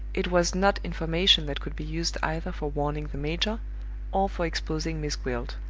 it was not information that could be used either for warning the major or for exposing miss gwilt.